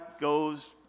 goes